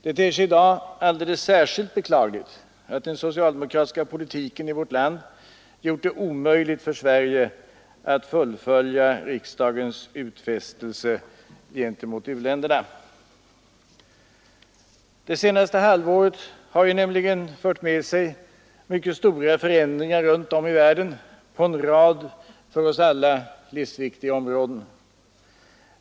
Det ter sig i dag särskilt beklagligt att den socialdemokratiska politiken i vårt land gjort det omöjligt för Sverige att fullfölja riksdagens utfästelse gentemot u-länderna. Det senaste halvåret har nämligen fört med sig mycket stora förändringar runtom i världen på en rad för oss alla livsviktiga områden.